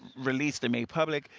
released and made public,